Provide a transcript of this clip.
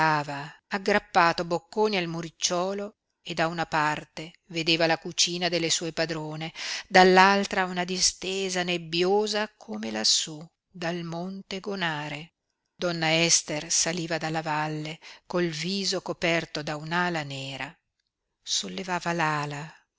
aggrappato bocconi al muricciuolo e da una parte vedeva la cucina delle sue padrone dall'altra una distesa nebbiosa come lassú dal monte gonare donna ester saliva dalla valle col viso coperto da un'ala nera sollevava